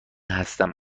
هستم